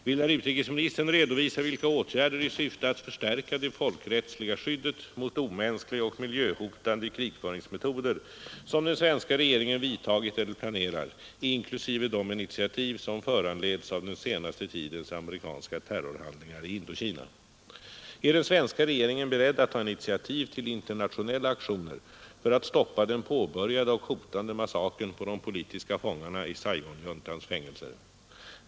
Vill herr utrikesministern redovisa vilka åtgärder i syfte att förstärka det folkrättsliga skyddet mot omänskliga och miljöhotande krigföringsmetoder som den svenska regeringen vidtagit eller planerar, inklusive de initiativ som föranleds av den senaste tidens amerikanska terrorhandlingar i Indokina? Är den svenska regeringen beredd att ta initiativ till internationella aktioner för att stoppa den påbörjade och hotande massakern på de politiska fångarna i Saigonjuntans fängelser?